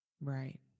Right